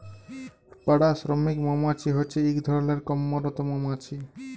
পাড়া শ্রমিক মমাছি হছে ইক ধরলের কম্মরত মমাছি